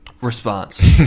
Response